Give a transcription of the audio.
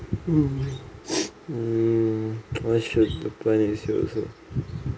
um I should apply next year also